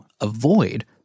Avoid